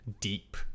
deep